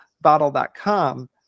bottle.com